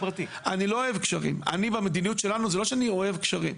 אני, במדיניות שלנו, זה לא שאני אוהב גשרים,